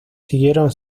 siguieron